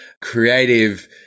creative